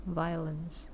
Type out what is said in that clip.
violence